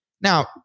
Now